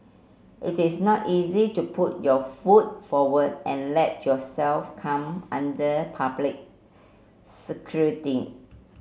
it is not easy to put your foot forward and let yourself come under public scrutiny